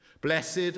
Blessed